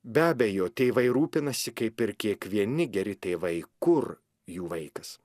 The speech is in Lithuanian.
be abejo tėvai rūpinasi kaip ir kiekvieni geri tėvai kur jų vaikas